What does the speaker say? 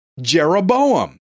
Jeroboam